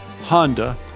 Honda